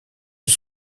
sur